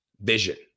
Vision